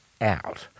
out